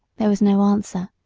there was no answer,